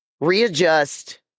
readjust